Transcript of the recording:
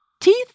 Teeth